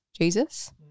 Jesus